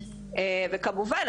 וכמובן,